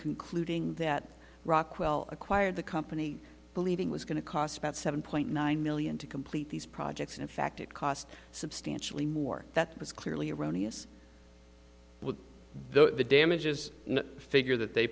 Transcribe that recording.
concluding that rockwell acquired the company believing was going to cost about seven point nine million to complete these projects in fact it cost substantially more that was clearly erroneous though the damages figure that they